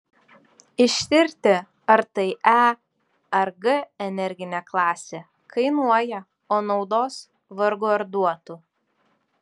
ištirti ar tai e ar g energinė klasė kainuoja o naudos vargu ar duotų